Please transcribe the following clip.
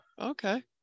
Okay